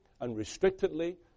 unrestrictedly